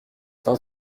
vingt